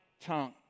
tongue